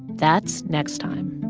that's next time